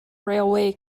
railway